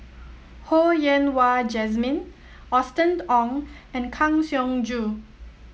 Ho Yen Wah Jesmine Austen Ong and Kang Siong Joo